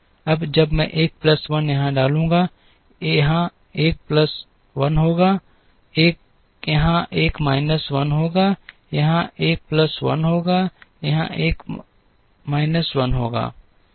अब जब मैं एक प्लस 1 यहां डालूंगा यह एक प्लस 1 होगा यह एक माइनस १ होगा यह एक प्लस १ होगा यह माइनस १ होगा